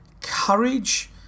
courage